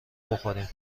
بخوریم